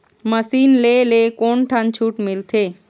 Machine ले ले कोन ठन छूट मिलथे?